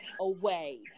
away